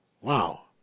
Wow